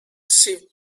sheep